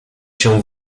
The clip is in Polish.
się